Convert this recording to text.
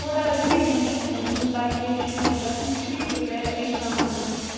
تھوڑا رِوِجن چھُ یِمَن دِیُن تاکہِ شُرۍ گژھَن پری پرٛپیر ایٚکزام خٲطرٕ